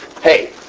hey